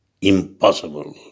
Impossible